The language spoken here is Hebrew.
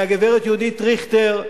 הגברת יהודית ריכטר,